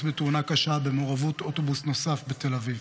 בתאונה קשה במעורבות אוטובוס נוסף בתל אביב.